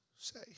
Say